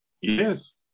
Yes